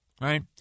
right